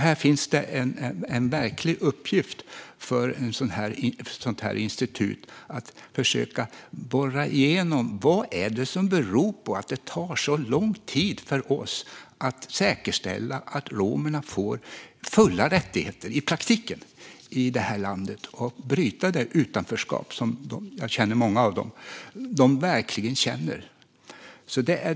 Här finns en verklig uppgift för ett sådant här institut att försöka borra igenom vad det beror på att det tar så lång tid för oss att säkerställa att romerna får fulla rättigheter i praktiken i det här landet och bryta det utanförskap som de verkligen känner. Jag vet, för jag känner många av dem.